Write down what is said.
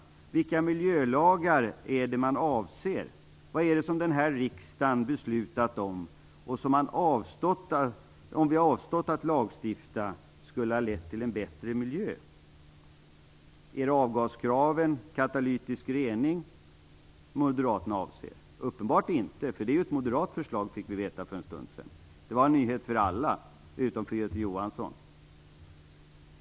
Vilka miljölagar är det som man avser? Vad är det som denna riksdag har fattat beslut om och som, om vi hade avstått från att lagstifta, skulle ha lett till en bättre miljö? Är det avgaskraven, katalytisk rening, som Moderaterna avser? Uppenbarligen inte, eftersom det är ett moderat krav fick vi veta för en stund sedan. Det var en nyhet för alla utom för Göte Jonsson.